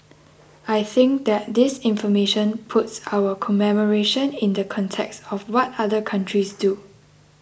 I think that this information puts our commemoration in the context of what other countries do